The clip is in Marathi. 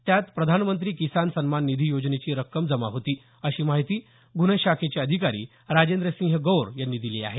त्यात प्रधानमंत्री किसान सन्मान निधी योजनेची रक्कम जमा होती अशी माहिती गुन्हा शाखेचे अधिकारी राजेंद्र सिंह गौर यांनी दिली आहे